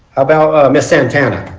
about miss santana?